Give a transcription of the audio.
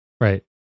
Right